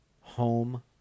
home